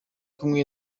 kumwe